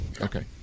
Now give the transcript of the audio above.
okay